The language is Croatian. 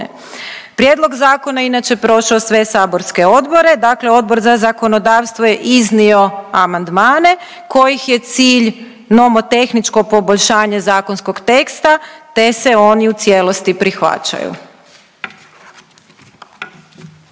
Prijedlog zakona je inače, prošao sve saborske odbore, dakle Odbor za zakonodavstvo je iznio amandmane kojih je cilj nomotehničko poboljšanje zakonskog teksta te se oni u cijelosti prihvaćaju.